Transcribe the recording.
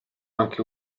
anche